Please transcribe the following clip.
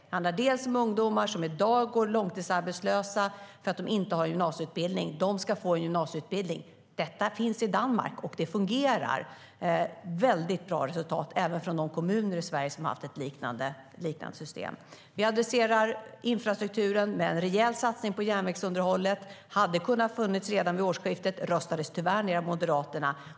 Det handlar om ungdomar som i dag går långtidsarbetslösa för att de inte har gymnasieutbildning. De ska få en gymnasieutbildning. Detta finns i Danmark, och det fungerar. Vi har väldigt bra resultat även från de kommuner som i Sverige haft ett liknande system. Vi adresserar infrastrukturen med en rejäl satsning på järnvägsunderhållet. Det hade kunnat finnas redan från årsskiftet men röstades tyvärr ned av Moderaterna.